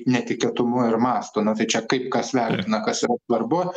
netikėtumu ir mastu na tai čia kaip kas vertina kas yra svarbu